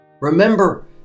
Remember